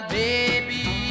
baby